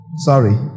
Sorry